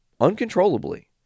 uncontrollably